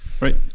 Right